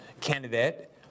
candidate